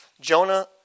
Jonah